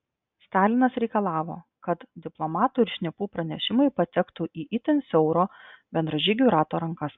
stalinas reikalavo kad diplomatų ir šnipų pranešimai patektų į itin siauro bendražygių rato rankas